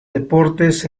deportes